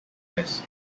west